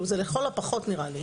זה לכל הפחות נראה לי